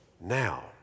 now